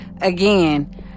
again